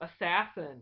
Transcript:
assassin